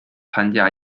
参加